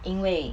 因为